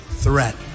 threat